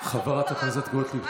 חברת הכנסת גוטליב,